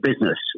business